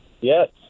Yes